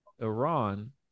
Iran